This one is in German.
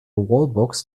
wallbox